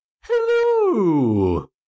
Hello